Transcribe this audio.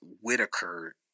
Whitaker